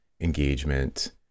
engagement